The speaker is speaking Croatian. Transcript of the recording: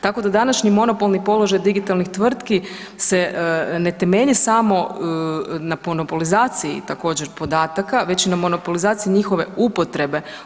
Tako da današnji monopolni položaj digitalnih tvrtki se ne temelji samo na monopolizaciji također podataka već i na monopolizaciji njihove upotrebe.